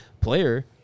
player